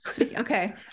Okay